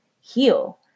heal